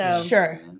Sure